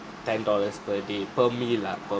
ten dollars per day per meal lah per